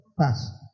pass